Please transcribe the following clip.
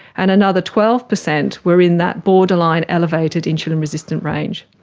and another twelve percent were in that borderline elevated insulin resistant range.